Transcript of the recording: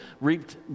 reaped